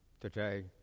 today